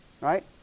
right